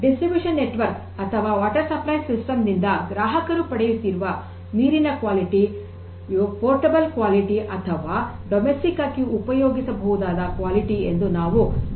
ಆದ್ದರಿಂದ distribution network ಅಥವಾ water supply systems ನಿಂದ ಗ್ರಾಹಕರು ಪಡೆಯುತ್ತಿರುವ ನೀರಿನ ಗುಣಮಟ್ಟವು ಪೋರ್ಟಬಲ್ ಕ್ವಾಲಿಟಿ ಅಥವಾ ಗೃಹಬಳಕೆಗಾಗಿ ಉಪಯೋಗಿಸಬಹುದಾದ ಗುಣಮಟ್ಟ ಎಂದು ನಾವು ಗ್ರಾಹಕರಿಗೆ ಭರವಸೆಯನ್ನು ನೀಡಬಹುದು